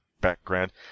background